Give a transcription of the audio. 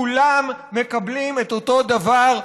כולם מקבלים את אותו הדבר,